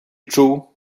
czuł